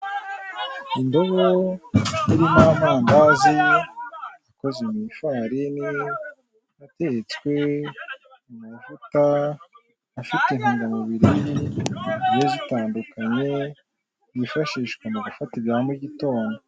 Indobo irimo amandazi akozwe mu ifarine atetswe mu mavuta afite intungamubiri, zigiye zitandukanye yifashishwa mu gufata ibya mu gitondo.